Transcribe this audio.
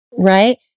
right